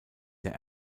der